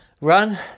run